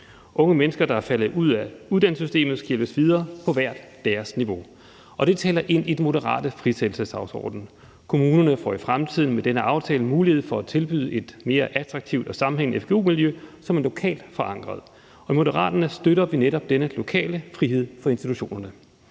Unge mennesker, der er faldet ud af uddannelsessystemet, skal hjælpes videre på hvert deres niveau. Det taler ind i Moderaternes frisættelsesdagsorden. Kommunerne får i fremtiden med denne aftale mulighed for at tilbyde et mere attraktivt og sammenhængende fgu-miljø, som er lokalt forankret. Og i Moderaterne støtter vi netop denne lokale frihed for institutionerne.